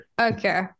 Okay